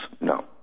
no